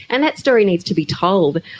and that story needs to be told.